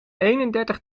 eenendertig